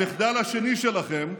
המחדל השני שלכם: